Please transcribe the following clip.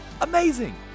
Amazing